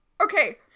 okay